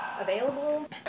Available